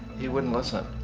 he woudn't listen.